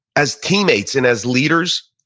as teammates and as leaders,